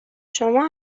شما